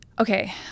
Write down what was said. okay